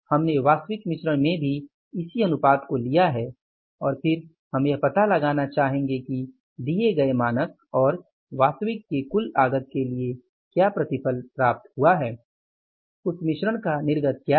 हमने वास्तविक मिश्रण में भी इसी अनुपात को लिया है और फिर हम यह पता लगाना चाहेंगे कि दिए गए मानक और वास्तविक के कुल आगत के लिए क्या प्रतिफल प्राप्त हुआ है उस मिश्रण का निर्गत क्या है